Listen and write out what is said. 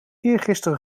eergisteren